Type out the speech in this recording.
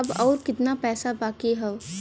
अब अउर कितना पईसा बाकी हव?